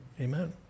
amen